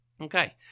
okay